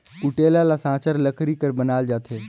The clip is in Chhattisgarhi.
कुटेला ल साचर लकरी कर बनाल जाथे